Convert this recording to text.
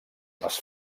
les